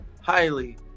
highly